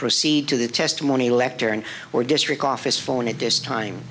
proceed to the testimony lectern or district office phone at this time